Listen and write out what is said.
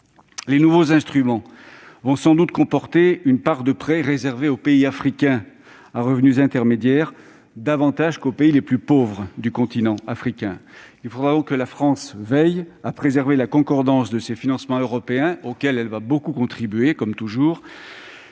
Les nouveaux instruments comporteront sans doute une part de prêts réservés aux pays africains à revenus intermédiaires davantage qu'aux pays les plus pauvres du continent africain. Il faudra donc que la France veille à préserver la concordance de ces financements européens, auxquels elle va- comme toujours